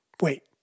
Wait